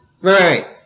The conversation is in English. Right